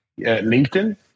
LinkedIn